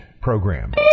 program